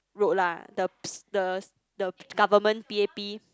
route lah the the the government P_A_P